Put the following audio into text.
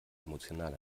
emotional